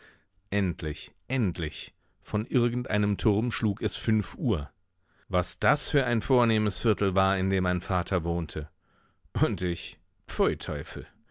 endlich endlich von irgend einem turm schlug es fünf uhr was das für ein vornehmes viertel war in dem mein vater wohnte und ich pfui teufel